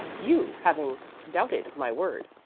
you, having doubted my word,